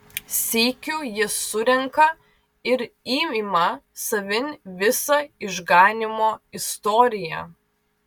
sykiu jis surenka ir įima savin visą išganymo istoriją